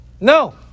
No